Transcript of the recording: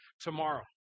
tomorrow